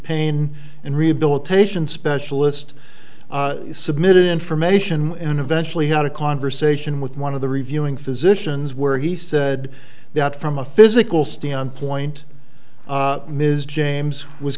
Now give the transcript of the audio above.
pain and rehabilitation specialist submitted information and eventually had a conversation with one of the reviewing physicians where he said that from a physical standpoint ms james was